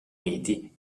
uniti